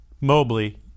Mobley